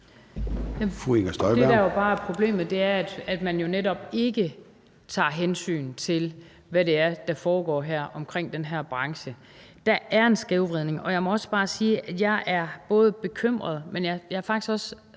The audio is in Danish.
Det, der jo bare er problemet, er, at man netop ikke tager hensyn til, hvad det er, der foregår her omkring den her branche. Der er en skævvridning. Jeg må også bare sige, at jeg både er bekymret, og at jeg faktisk også